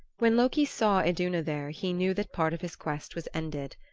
when loki saw iduna there he knew that part of his quest was ended.